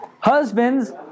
husbands